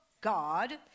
God